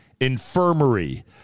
infirmary